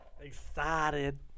Excited